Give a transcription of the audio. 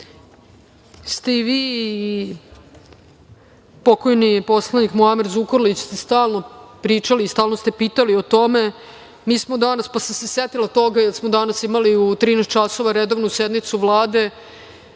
da ste i vi pokojni poslanik Muamer Zukorlić stalno pričali i stalo ste pitali o tome. Mi smo danas, pa sam se setila toga, jer smo danas imali u 13.00 časova redovnu sednicu Vlade,